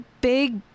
big